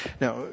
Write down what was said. Now